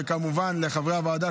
וכמובן לחברי הוועדה,